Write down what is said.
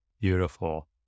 beautiful